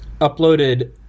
Uploaded